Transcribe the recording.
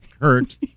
hurt